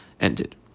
ended